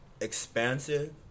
expansive